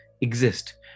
exist